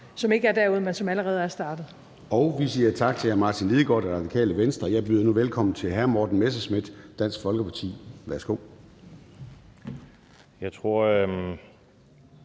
som ikke er derude, men som allerede er startet. Kl. 13:54 Formanden (Søren Gade): Vi siger tak til hr. Martin Lidegaard, Radikale Venstre. Jeg byder nu velkommen til hr. Morten Messerschmidt, Dansk Folkeparti. Værsgo.